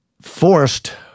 forced